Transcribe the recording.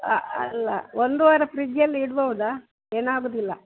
ಆ ಅಲ್ಲ ಒಂದು ವಾರ ಫ್ರಿಜ್ಜಲ್ಲಿ ಇಡ್ಬೋದಾ ಏನಾಗೊದಿಲ್ಲ